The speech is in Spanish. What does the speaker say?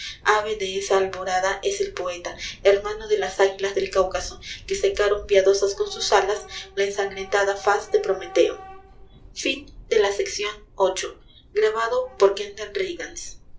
de esa alborada es el poeta hermano de las águilas del cáucaso que secaron piadosas con sus alas la ensangrentada faz de prometeo